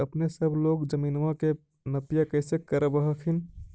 अपने सब लोग जमीनमा के नपीया कैसे करब हखिन?